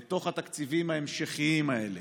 בתוך התקציבים ההמשכיים האלה,